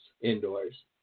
indoors